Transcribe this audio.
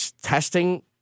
testing